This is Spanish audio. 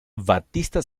batista